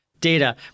data